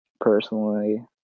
personally